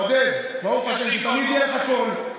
עודד, ברוך השם, שתמיד יהיה לך כול.